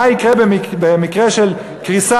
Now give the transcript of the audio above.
מה יקרה במקרה של קריסה,